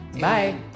bye